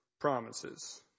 promises